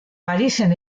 parisen